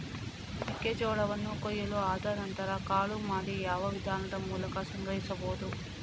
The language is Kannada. ಮೆಕ್ಕೆ ಜೋಳವನ್ನು ಕೊಯ್ಲು ಆದ ನಂತರ ಕಾಳು ಮಾಡಿ ಯಾವ ವಿಧಾನದ ಮೂಲಕ ಸಂಗ್ರಹಿಸಬಹುದು?